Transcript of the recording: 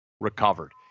recovered